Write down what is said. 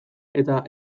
eta